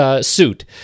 suit